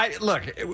Look